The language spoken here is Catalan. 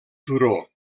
turó